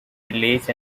village